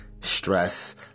stress